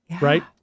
right